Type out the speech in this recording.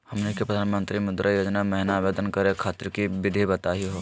हमनी के प्रधानमंत्री मुद्रा योजना महिना आवेदन करे खातीर विधि बताही हो?